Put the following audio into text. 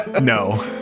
No